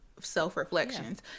self-reflections